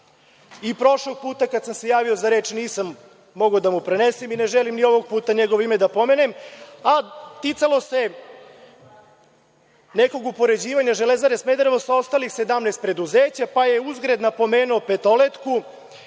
I prošlog puta kada sam se javio za reč nisam mogao da mu prenesem i ne želim ni ovog puta njegovo ime da pomenem, a ticalo se nekog upoređivanja „Železare Smederevo“ sa ostalih 17 preduzeća, pa je uzgred napomenuo „Petoletku“,